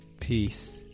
Peace